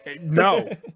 No